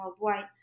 worldwide